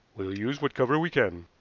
we'll use what cover we can.